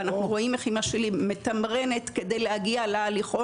ואנחנו רואים איך אימא שלי מתמרנת כדי להגיע להליכון,